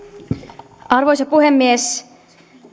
arvoisa puhemies